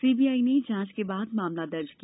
CBI ने जांच के बाद मामला दर्ज किया